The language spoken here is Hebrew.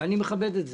ואני מכבד את זה,